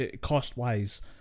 cost-wise